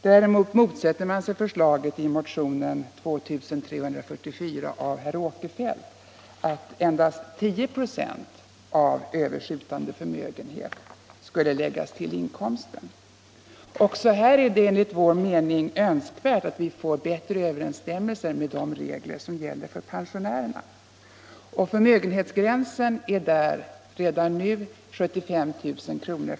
Däremot motsätter man sig förslaget i motionen 2344 av herr Åkerfeldt m.fl. att endast 10 96 av överskjutande förmögenhet skulle läggas till inkomsten. Också här är det enligt vår mening önskvärt att vi får bättre överensstämmelse med de regler som gäller för pensionärerna. Förmögenhetsgränsen är där redan nu 75 000 kr.